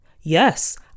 Yes